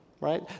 Right